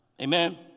Amen